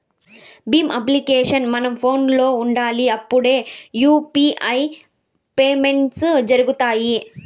Bhim application మన ఫోనులో ఉండాలి అప్పుడే యూ.పీ.ఐ పేమెంట్స్ జరుగుతాయి